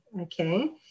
okay